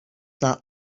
not